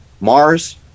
mars